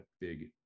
Big